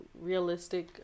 realistic